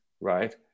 Right